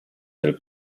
del